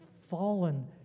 fallen